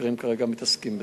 חוקרים כרגע מתעסקים בזה.